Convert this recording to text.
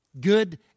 Good